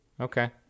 Okay